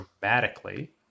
dramatically